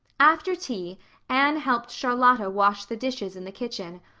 after tea anne helped charlotta wash the dishes in the kitchen,